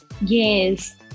Yes